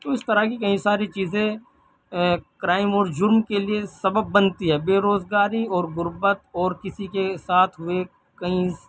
تو اس طرح کی کئی ساری چیزیں کرائم اور جرم کے لیے سبب بنتی ہے بے روزگاری اور غربت اور کسی کے ساتھ ہوئے کئی